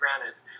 granted